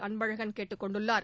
அன்பழகன் கேட்டுக் கொண்டுள்ளார்